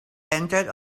entered